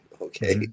Okay